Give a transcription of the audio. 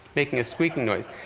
making a squeaking noise.